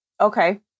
Okay